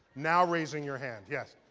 now raising your hand. yes?